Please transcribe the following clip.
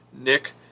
Nick